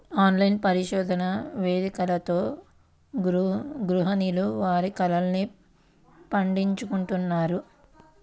online పరిశోధన వేదికలతో గృహిణులు వారి కలల్ని పండించుకుంటున్నారు